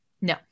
No